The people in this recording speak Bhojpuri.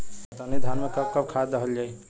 कतरनी धान में कब कब खाद दहल जाई?